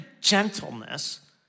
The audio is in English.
gentleness